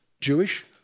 Jewish